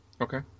Okay